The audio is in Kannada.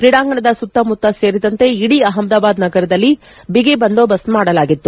ಕ್ರೀಡಾಂಗಣದ ಸುತ್ತಮುತ್ತ ಸೇರಿದಂತೆ ಇಡೀ ಅಪಮದಾಬಾದ್ ನಗರದಲ್ಲಿ ಬಿಗಿ ಬಂದೋಬಸ್ತ್ ಮಾಡಲಾಗಿತ್ತು